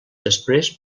després